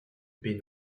baies